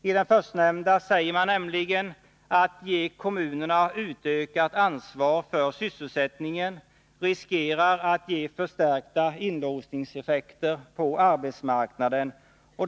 I den förstnämnda säger man: ”Att ge kommunerna utökat ansvar för sysselsättningen riskerar att ge förstärkta inlåsningseffekter på arbetsmarknaden.